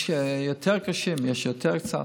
יש יותר קשים, יש יותר קלים.